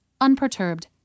unperturbed